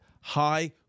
high